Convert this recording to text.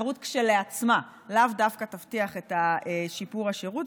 תחרות כשלעצמה לאו דווקא תבטיח את שיפור השירות,